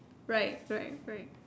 right right right